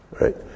right